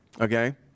Okay